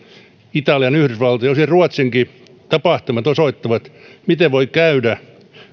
italian yhdysvaltojen ja osin ruotsinkin tapahtumat osoittavat miten voi käydä